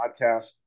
podcast